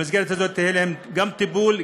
המסגרת הזאת תהיה להם גם טיפול,